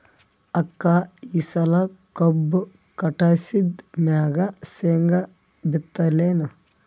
ಅಕ್ಕ ಈ ಸಲಿ ಕಬ್ಬು ಕಟಾಸಿದ್ ಮ್ಯಾಗ, ಶೇಂಗಾ ಬಿತ್ತಲೇನು?